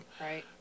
Right